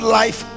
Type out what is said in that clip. life